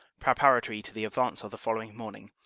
preparatory to the advance of the following morning,